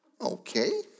okay